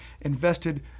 invested